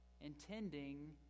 intending